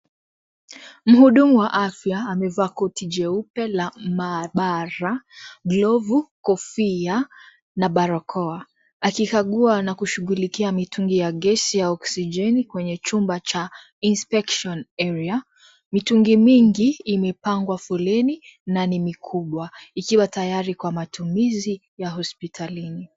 Mhudumu wa afya amevaa koti jeupe la maabara, Glovu ,kofia na barakoa. Akikagua na kushugulikia mitungi ya gesi ya oksijeni kwenye chumba cha Inspection Area . Mitungi mingi imepangwa foleni na ni mikubwa, ikiwa tayari kwa matumizi ya hospitalini.